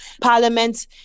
Parliament